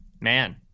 Man